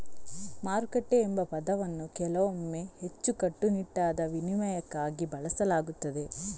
ಮಾರುಕಟ್ಟೆ ಎಂಬ ಪದವನ್ನು ಕೆಲವೊಮ್ಮೆ ಹೆಚ್ಚು ಕಟ್ಟುನಿಟ್ಟಾದ ವಿನಿಮಯಕ್ಕಾಗಿ ಬಳಸಲಾಗುತ್ತದೆ